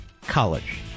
College